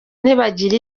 ntibagira